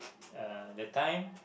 uh the time